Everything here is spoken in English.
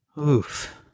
Oof